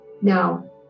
Now